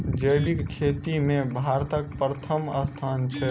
जैबिक खेती मे भारतक परथम स्थान छै